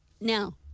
now